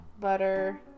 butter